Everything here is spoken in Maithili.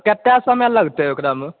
कतेक समय लगतै ओकरामे